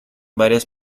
varias